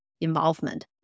involvement